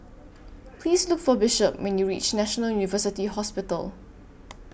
Please Look For Bishop when YOU REACH National University Hospital